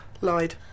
Lied